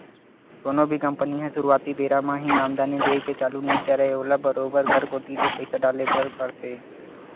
कोनो भी कंपनी ह सुरुवाती बेरा म ही आमदानी देय के चालू नइ करय ओला बरोबर घर कोती ले पइसा डाले बर परथे